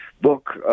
book